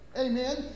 Amen